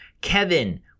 Kevin